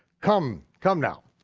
come, come now,